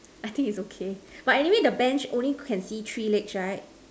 I think is okay but anyway the Bench only can see three legs right